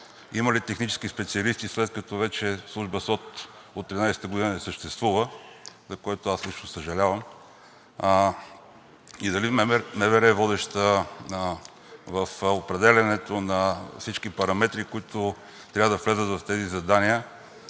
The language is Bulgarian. има ли технически специалисти, след като вече служба СОТ от 2013 г. не съществува, за което аз лично съжалявам, дали МВР е водеща в определянето на всички параметри, които трябва да влязат в тези задания